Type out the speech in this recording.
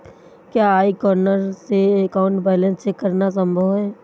क्या e corner से account balance check करना संभव है?